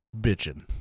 bitching